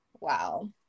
Wow